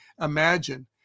imagine